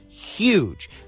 Huge